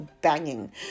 banging